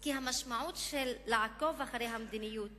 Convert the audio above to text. כי המשמעות של לעקוב אחרי המדיניות